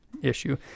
issue